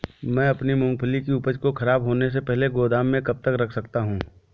मैं अपनी मूँगफली की उपज को ख़राब होने से पहले गोदाम में कब तक रख सकता हूँ?